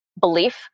belief